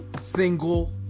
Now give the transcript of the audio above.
single